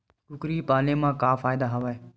कुकरी ल पाले म का फ़ायदा हवय?